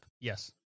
Yes